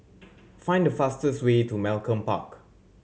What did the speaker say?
find the fastest way to Malcolm Park